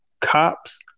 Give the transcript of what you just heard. cops